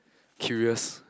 curious